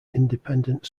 independent